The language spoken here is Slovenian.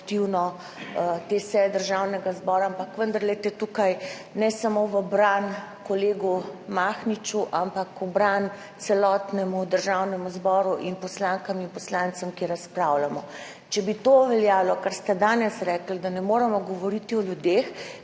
konstruktivno, ampak vendarle, glejte, ne samo v bran kolegu Mahniču, ampak v bran celotnemu Državnemu zboru in poslankam in poslancem, ki razpravljamo. Če bi to veljalo, kar ste danes rekli, da ne moremo govoriti o ljudeh,